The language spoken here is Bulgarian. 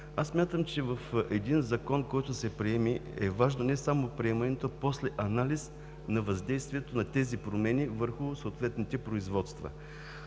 Аз смятам, че в един закон, който се приеме, е важно не само приемането, а после – анализ на въздействието на тези промени върху съответните производства.